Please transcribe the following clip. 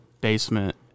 basement